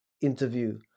interview